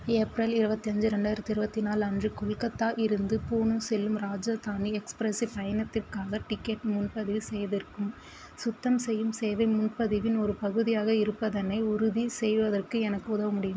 April இருபத்தி அஞ்சு ரெண்டாயிரத்தி இருபத்தி நாலு அன்று கொல்கத்தா இருந்து பூனே செல்லும் ராஜதானி எக்ஸ்பிரஸில் ஃபயணத்திற்காக டிக்கெட் முன்பதிவு செய்வதற்கும் சுத்தம் செய்யும் சேவை முன்பதிவின் ஒரு பகுதியாக இருப்பதனை உறுதி செய்வதற்கும் எனக்கு உதவ முடியும்